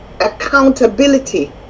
accountability